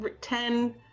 ten